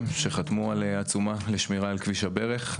שחתמו על עצומה לשמירה על כביש הברך,